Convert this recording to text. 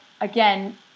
again